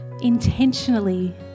intentionally